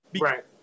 Right